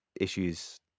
issues